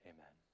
Amen